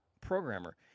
programmer